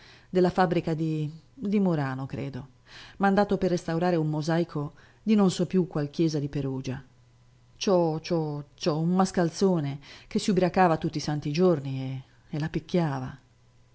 della fabbrica di di murano credo mandato per restaurare un mosaico di non so più qual chiesa di perugia ciò ciò ciò un mascalzone che s'ubriacava tutti i santi giorni e e la picchiava